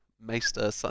Maester